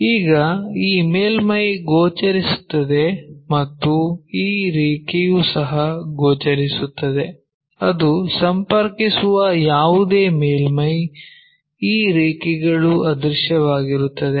ಈಗ ಈ ಮೇಲ್ಮೈ ಗೋಚರಿಸುತ್ತದೆ ಮತ್ತು ಈ ರೇಖೆಯು ಸಹ ಗೋಚರಿಸುತ್ತದೆ ಅದು ಸಂಪರ್ಕಿಸುವ ಯಾವುದೇ ಮೇಲ್ಮೈ ಈ ರೇಖೆಗಳು ಅದೃಶ್ಯವಾಗಿರುತ್ತವೆ